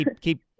keep